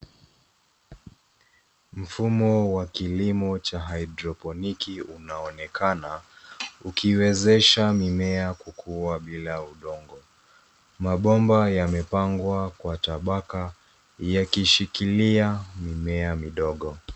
Mfumo wa kilimo cha haidroponiki unaonekana, ukiwezesha mimea kukua bila udongo. Mabomba yamepangwa kwa tabaka, yakishikilia mimea midogo.